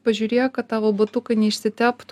pažiūrėk kad tavo batukai neišsiteptų